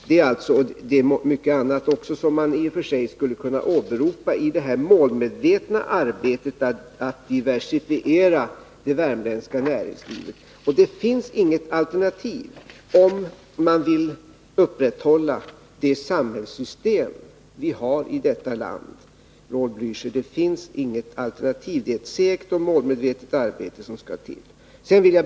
Det finns mycket annat som man också skulle kunna åberopa i det målmedvetna arbetet att diversifiera det värmländska näringslivet. Det finns inget alternativ om man vill upprätthålla det samhällssystem vi har i detta land, Raul Blächer. Det är ett segt och målmedvetet arbete som skall till.